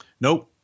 Nope